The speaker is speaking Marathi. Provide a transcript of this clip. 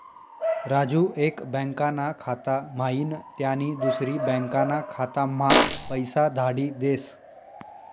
राजू एक बँकाना खाता म्हाईन त्यानी दुसरी बँकाना खाताम्हा पैसा धाडी देस